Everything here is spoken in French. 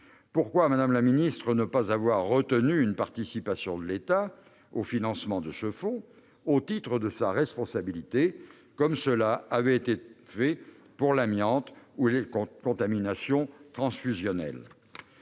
Pourquoi ne pas avoir retenu une participation de l'État au financement du fonds au titre de sa responsabilité, comme cela avait été le cas pour l'amiante ou les contaminations transfusionnelles ?